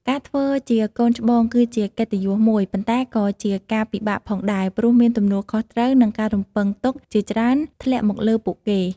ការធ្វើជាកូនច្បងគឺជាកិត្តិយសមួយ ប៉ុន្តែក៏ជាការពិបាកផងដែរ ព្រោះមានទំនួលខុសត្រូវ និងការរំពឹងទុកជាច្រើនធ្លាក់មកលើពួកគេ។